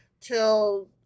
till